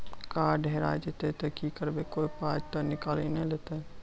Card हेरा जइतै तऽ की करवै, कोय पाय तऽ निकालि नै लेतै?